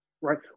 right